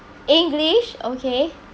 english okay